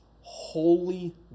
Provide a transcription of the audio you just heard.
holy